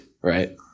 right